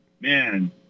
man